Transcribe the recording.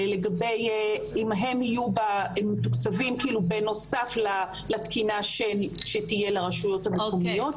לגבי האם הם יהיו מתוקצבים בנוסף לתקינה שתהיה לרשויות המקומיות,